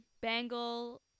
bangle